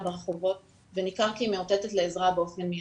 ברחובות וניכר כי היא מאותתת לעזרה באופן מיידי.